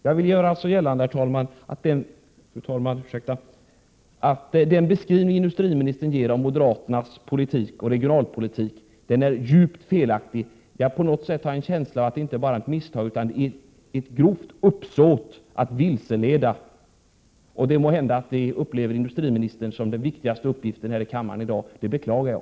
Jag vill alltså göra gällande, fru talman, att industriministerns beskrivning av moderaternas politik är djupt felaktig. Jag har en känsla av att det inte bara är av misstag, utan av grovt uppsåt att vilseleda. Kanske industriministern upplever detta som den viktigaste uppgiften i kammaren här i dag. Det beklagar jag.